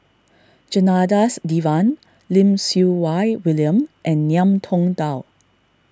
Janadas Devan Lim Siew Wai William and Ngiam Tong Dow